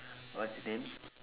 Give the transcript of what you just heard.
what's his name